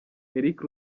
eric